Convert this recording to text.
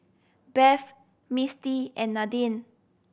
Beth Misty and Nadine